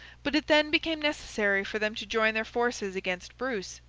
but, it then became necessary for them to join their forces against bruce,